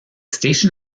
station